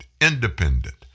independent